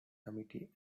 committee